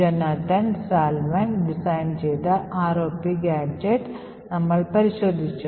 Jonathan Salwan design ചെയ്ത ROP gadget നമ്മൾ പരിശോധിച്ചു